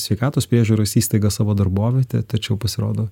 sveikatos priežiūros įstaigas savo darbovietę tačiau pasirodo